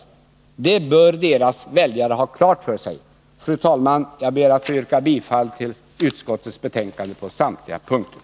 Detta bör deras väljare ha klart för sig. Fru talman! Jag ber att på samtliga punkter få yrka bifall till utskottets hemställan.